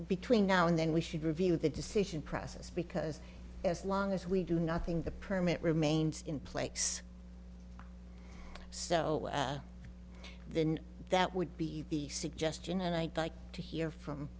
between now and then we should review the decision process because as long as we do nothing the permit remains in place so then that would be the suggestion and i'd like to hear from